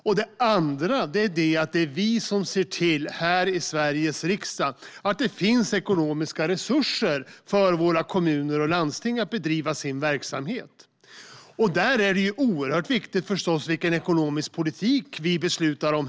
För det andra är det vi här i Sveriges riksdag som ser till att det finns ekonomiska resurser för våra kommuner och landsting att bedriva sin verksamhet. Då är det förstås oerhört viktigt vilken ekonomisk politik vi beslutar om.